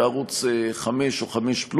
בערוץ 5 או 5+,